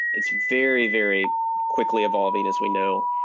it's very, very quickly evolving as we know.